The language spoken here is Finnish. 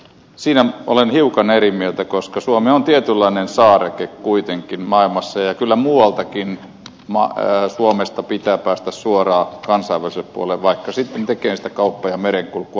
siinä olen hiukan eri mieltä koska suomi on tietynlainen saareke kuitenkin maailmassa ja kyllä muualtakin suomesta pitää päästä suoraan kansainväliselle puolelle vaikka sitten tekemään sitä kaupankäyntiä ja merenkulkua